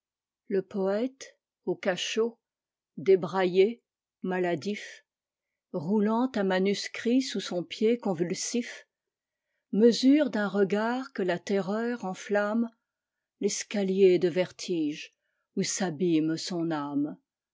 le poète au cachot débraillé maladif roulant un manuscrit sous son pied convulsif mesure d'un regard que la terreur enflammel'escalier de vertige où s'abîme son âme